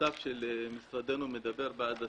של משרדנו מדבר בעד עצמו,